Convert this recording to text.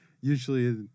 usually